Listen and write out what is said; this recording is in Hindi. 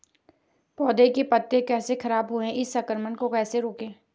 पौधों के पत्ते कैसे खराब हुए हैं इस संक्रमण को कैसे रोकें?